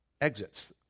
exits